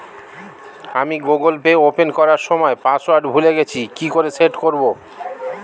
আমি Google Pay open করার সময় পাসওয়ার্ড ভুলে গেছি কি করে সেট করব?